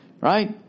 right